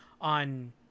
on